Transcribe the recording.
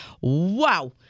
Wow